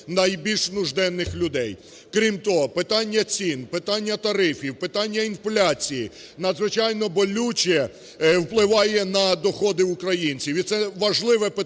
Крім того питання цін, питання тарифів, питання інфляції надзвичайно болюче впливає на доходи українців.